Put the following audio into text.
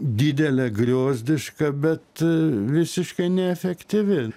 didelė griozdiška bet visiškai neefektyvi